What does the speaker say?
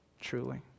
truly